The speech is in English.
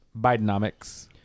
Bidenomics